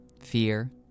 Fear